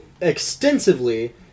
extensively